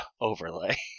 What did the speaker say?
overlay